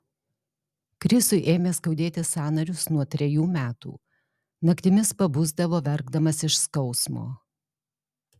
krisui ėmė skaudėti sąnarius nuo trejų metų naktimis pabusdavo verkdamas iš skausmo